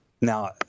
now